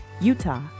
Utah